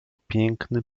piękny